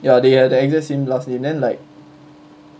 ya they have the exact same last name then like